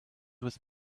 with